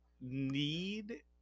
need